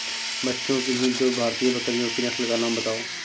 बच्चों किन्ही दो भारतीय बकरियों की नस्ल का नाम बताओ?